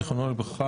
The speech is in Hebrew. זכרונו לברכה,